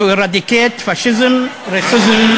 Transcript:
אדוני היושב-ראש,